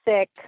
sick